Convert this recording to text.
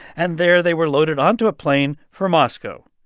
and there, they were loaded onto a plane for moscow.